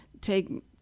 take